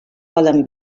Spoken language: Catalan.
poden